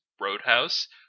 roadhouse